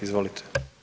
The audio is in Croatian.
Izvolite.